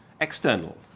external